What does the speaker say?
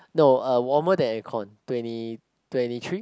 no uh warmer than aircon twenty twenty three